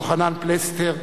יוחנן פלסנר,